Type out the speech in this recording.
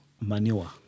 manure